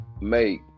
make